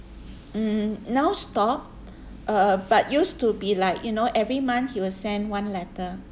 mm now stopped uh but used to be like you know every month he will send one letter